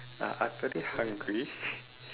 uh I very hungry